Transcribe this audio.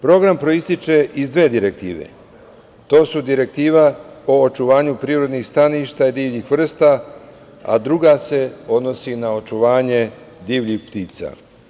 Program proističe iz dve direktive, to su Direktiva o očuvanju prirodnih staništa divljih vrsta, a druga se odnosi na očuvanje divljih ptica.